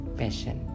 passion